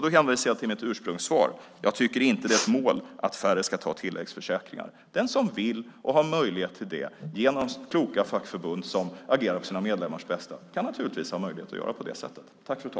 Då hänvisar jag till mitt ursprungssvar. Jag tycker inte att det är ett mål att färre ska ta tilläggsförsäkringar. Den som vill och har möjlighet till det genom kloka fackförbund som agerar i sina medlemmars intressen kan naturligtvis ha möjlighet att göra på det sättet.